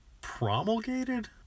Promulgated